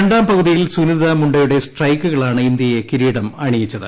രണ്ടാം പകുതിയിൽ സുനിത മുണ്ടയുടെ സ്ട്രൈക്കുകളാണ് ഇന്ത്യയെ കിരീടമണിയിച്ചത്